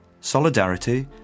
Solidarity